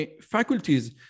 faculties